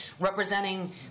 representing